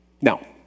Now